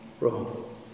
wrong